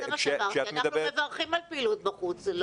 אנחנו מברכים על פעילות בחוץ.